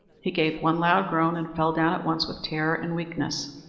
he gave one loud groan, and fell down at once with terror and weakness.